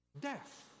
Death